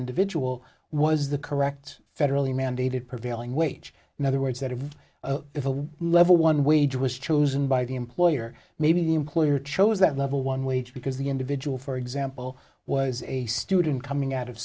individual was the correct federally mandated prevailing wage in other words that of if a level one wage was chosen by the employer maybe the employer chose that level one wage because the individual for example was a student coming out of